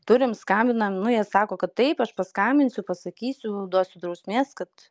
turim skambinam nu jie sako kad taip aš paskambinsiu pasakysiu duosiu drausmės kad